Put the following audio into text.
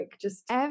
just-